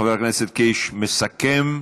חבר הכנסת קיש מסכם,